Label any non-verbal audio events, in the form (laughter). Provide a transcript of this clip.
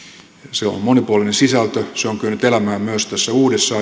se on monipuolinen sisältö se on kyennyt elämään myös tässä uudessa (unintelligible)